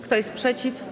Kto jest przeciw?